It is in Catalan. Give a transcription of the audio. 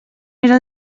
era